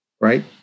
right